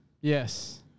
Yes